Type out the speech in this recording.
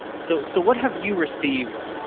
so so what have you received?